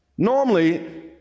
Normally